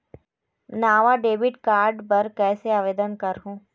नावा debit card बर कैसे आवेदन करहूं?